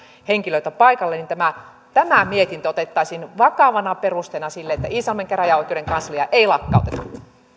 henkilöitä paikalla niin tämä tämä mietintö otettaisiin vakavana perusteena sille että iisalmen käräjäoikeuden kansliaa ei lakkauteta